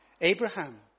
Abraham